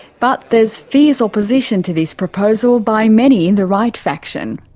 but there's fierce opposition to this proposal by many in the right faction.